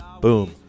boom